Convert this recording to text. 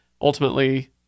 ultimately